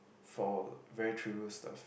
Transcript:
for very trivial stuff